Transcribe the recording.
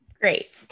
Great